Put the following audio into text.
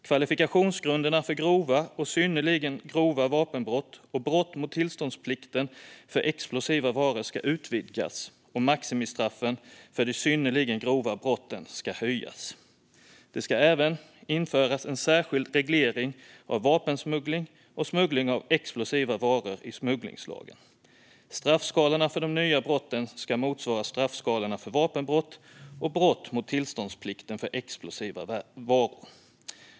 Kvalifikationsgrunderna för grova och synnerligen grova vapenbrott och brott mot tillståndsplikten för explosiva varor ska utvidgas, och maximistraffen för synnerligen grova brott ska höjas. Det ska även införas en särskild reglering av vapensmuggling och smuggling av explosiva varor i smugglingslagen. Straffskalorna för de nya brotten ska motsvara straffskalorna för vapenbrott och brott mot tillståndsplikten för explosiva varor.